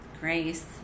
grace